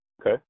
Okay